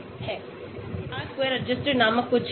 R square adjusted नामक कुछ है